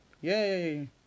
Yay